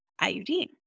IUD